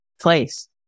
place